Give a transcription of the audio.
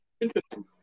Interesting